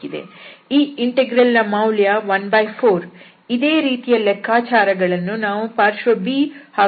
ಈ ಇಂಟೆಗ್ರಲ್ ನ ಮೌಲ್ಯ 14 ಇದೇ ರೀತಿಯ ಲೆಕ್ಕಾಚಾರಗಳನ್ನು ನಾವು ಪಾರ್ಶ್ವ B ಹಾಗೂ ಪಾರ್ಶ್ವ C ಗಳಿಗೂ ಮಾಡಬಹುದು